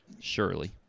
surely